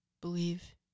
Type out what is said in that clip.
believe